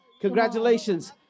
Congratulations